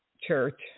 church